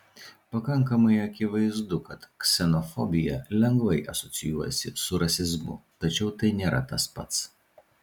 pakankamai akivaizdu kad ksenofobija lengvai asocijuojasi su rasizmu tačiau tai nėra tas pats